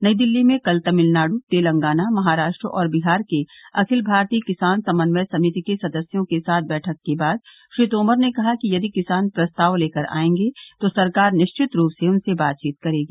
नई दिल्ली में कल तमिलनाडू तेलंगाना महाराष्ट्र और बिहार के अखिल भारतीय किसान समन्वय समिति के सदस्यों के साथ बैठक के बाद श्री तोमर ने कहा कि यदि किसान प्रस्ताव लेकर आएंगे तो सरकार निश्चित रूप से उनसे बातचीत करेगी